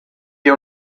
wir